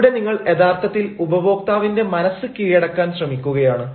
ഇവിടെ നിങ്ങൾ യഥാർത്ഥത്തിൽ ഉപഭോക്താവിന്റെ മനസ്സ് കീഴടക്കാൻ ശ്രമിക്കുകയാണ്